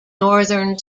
northern